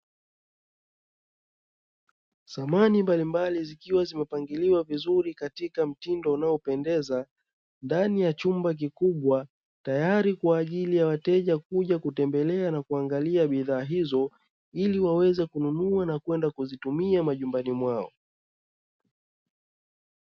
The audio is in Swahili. Samani mbalimbali zikiwa zimepangiliwa vizuri katika mtindo unaopendeza, ndani ya chumba kikubwa tayari kwa ajili ya wateja kuja kutembelea na kuangalia bidhaa hizo, ili waweze kununua na kwenda kuzitumia majumbani mwao.